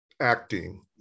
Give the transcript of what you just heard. acting